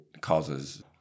causes